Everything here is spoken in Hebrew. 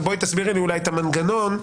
תסבירי לי את המנגנון.